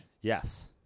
Yes